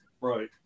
Right